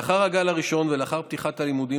לאחר הגל הראשון ולאחר פתיחת הלימודים